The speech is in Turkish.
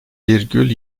virgül